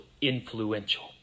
influential